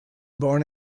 born